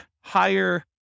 higher